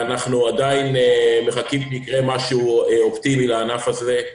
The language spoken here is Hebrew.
אנחנו עדיין מחכים לראות אם יקרה משהו אופטימי לענף הזה,